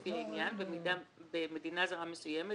החשבון, לפי העניין, במדינה זרה מסוימת